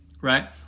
right